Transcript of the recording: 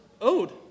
owed